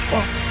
Fuck